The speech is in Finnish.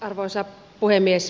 arvoisa puhemies